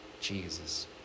Jesus